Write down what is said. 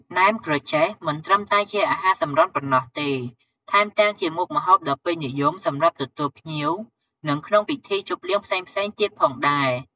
ណែមក្រចេះ មិនត្រឹមតែជាអាហារសម្រន់ប៉ុណ្ណោះទេ ថែមទាំងជាមុខម្ហូបដ៏ពេញនិយមសម្រាប់ទទួលភ្ញៀវ និងក្នុងពិធីជប់លៀងផ្សេងៗទៀតផងដែរ។